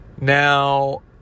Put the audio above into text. Now